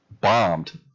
bombed